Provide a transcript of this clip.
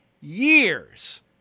years